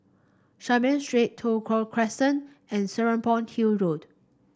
Saiboo Street Toh Tuck Crescent and Serapong Hill Road